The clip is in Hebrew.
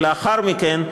ולאחר מכן,